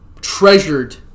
treasured